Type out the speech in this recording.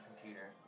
computer